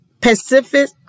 pacific